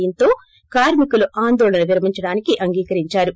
దీంతో కార్మికులు ఆందోళన విరమించడానికి అనుమతినిచ్చారు